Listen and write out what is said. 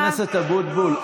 חבר הכנסת אבוטבול,